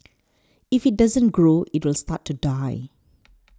if it doesn't grow it will start to die